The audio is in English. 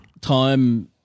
time